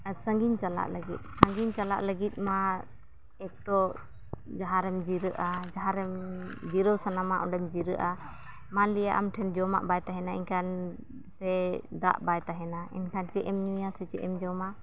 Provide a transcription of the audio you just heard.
ᱟᱨ ᱥᱟᱺᱜᱤᱧ ᱪᱟᱞᱟᱜ ᱞᱟᱹᱜᱤᱫ ᱥᱟᱺᱜᱤᱧ ᱪᱟᱞᱟᱜ ᱞᱟᱹᱜᱤᱫ ᱢᱟ ᱮᱠ ᱛᱚ ᱡᱟᱦᱟᱸᱨᱮᱢ ᱡᱤᱨᱟᱹᱜᱼᱟ ᱡᱟᱦᱟᱸᱨᱮ ᱡᱤᱨᱟᱹᱣ ᱥᱟᱱᱟᱢᱟ ᱚᱸᱰᱮᱢ ᱡᱤᱨᱟᱹᱜᱼᱟ ᱚᱱᱟᱞᱤᱭᱮ ᱟᱢ ᱴᱷᱮᱱ ᱡᱚᱢᱟᱜ ᱵᱟᱭ ᱛᱟᱦᱮᱱᱟ ᱮᱱᱠᱷᱟᱱ ᱥᱮ ᱫᱟᱜ ᱵᱟᱭ ᱛᱟᱦᱮᱱᱟ ᱮᱱᱠᱷᱟᱱ ᱪᱮᱫ ᱮᱢ ᱧᱩᱭᱟ ᱥᱮ ᱪᱮᱫ ᱮᱢ ᱡᱚᱢᱟ